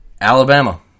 Alabama